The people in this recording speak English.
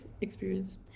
experience